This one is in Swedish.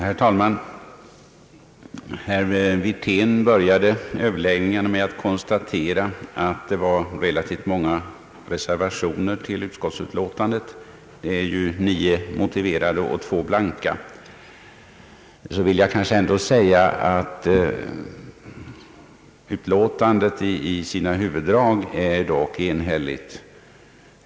Herr talman! Herr Wirtén började överläggningen med att konstatera att det är relativt många reservationer till utskottsutlåtandet — det finns ju nio motiverade och två blanka. Jag vill ändå säga att utlåtandet i sina huvuddrag är enhälligt.